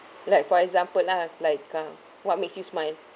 like for example lah like uh what makes you smile